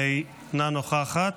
אינה נוכחת.